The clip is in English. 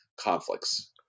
conflicts